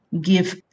give